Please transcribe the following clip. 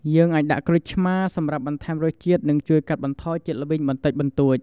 យើងអាចដាក់ក្រូចឆ្មារ សម្រាប់បន្ថែមរសជាតិ និងជួយកាត់បន្ថយជាតិល្វីងបន្តិចបន្តួច។